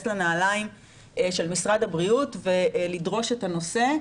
לנעליים של משרד הבריאות ולדרוש את הנושא,